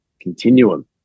continuum